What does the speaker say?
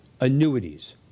annuities